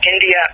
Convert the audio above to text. India